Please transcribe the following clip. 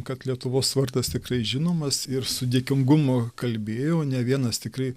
kad lietuvos vardas tikrai žinomas ir su dėkingumu kalbėjo ne vienas tikrai